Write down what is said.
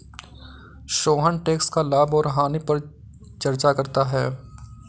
Sohan tax का लाभ और हानि पर चर्चा करता है